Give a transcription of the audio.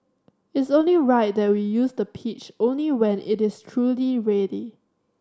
it's only right that we use the pitch only when it is truly ready